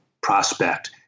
prospect